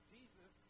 Jesus